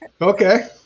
Okay